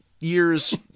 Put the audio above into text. years